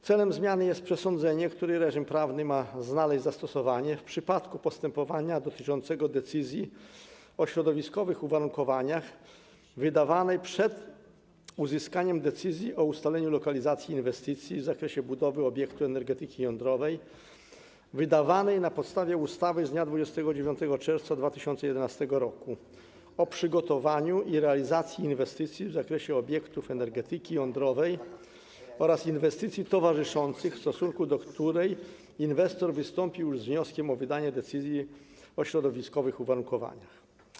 Celem zmiany jest przesądzenie, który reżim prawny ma znaleźć zastosowanie w przypadku postępowania dotyczącego decyzji o środowiskowych uwarunkowaniach wydawanej przed uzyskaniem decyzji o ustaleniu lokalizacji inwestycji w zakresie budowy obiektu energetyki jądrowej wydawanej na podstawie ustawy z dnia 29 czerwca 2011 r. o przygotowaniu i realizacji inwestycji w zakresie obiektów energetyki jądrowej oraz inwestycji towarzyszących, w stosunku do której inwestor wystąpił już z wnioskiem o wydanie decyzji o środowiskowych uwarunkowaniach.